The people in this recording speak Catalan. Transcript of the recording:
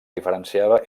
diferenciava